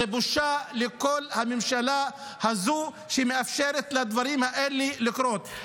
זו בושה לכל הממשלה הזו שמאפשרת לדברים האלה לקרות.